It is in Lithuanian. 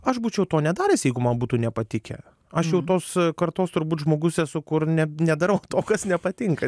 aš būčiau to nedaręs jeigu man būtų nepatikę aš jau tos kartos turbūt žmogus esu kur ne nedarau to kas nepatinka